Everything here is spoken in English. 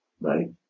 right